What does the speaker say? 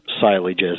silage